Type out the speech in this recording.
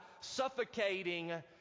suffocating